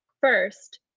First